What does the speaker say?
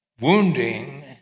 wounding